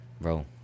Bro